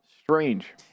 strange